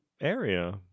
area